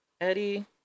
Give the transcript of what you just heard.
Eddie